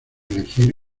elegir